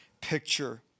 picture